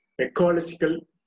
ecological